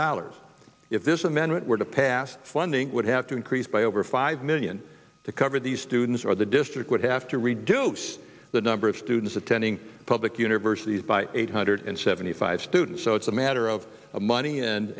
dollars if this amendment were to pass funding would have to increase by over five million to cover these students or the district would have to reduce the number of students attending public universities by eight hundred seventy five students so it's a matter of money